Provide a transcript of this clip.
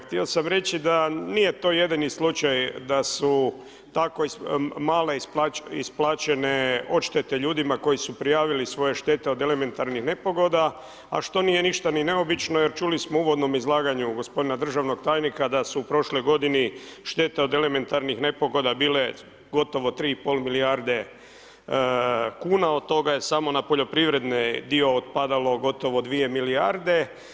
Htio sam reći, da nije to jedini slučaj, da su tako male isplaćene odštete ljudima koji su prijavili svoje štete od elementarnih nepogoda, a što nije ništa ni neobično, jer čuli smo u uvodnom izlaganju gospodina državnog tajnika, da su u prošloj g. štete od elementarnih nepogoda bile gotovo 3,5 milijarde kn, od toga je samo na poljoprivrede dio otpadao gotovo 2 milijarde.